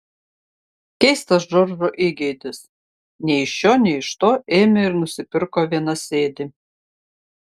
keistas džordžo įgeidis nei iš šio nei iš to ėmė ir nusipirko vienasėdį